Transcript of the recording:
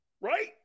Right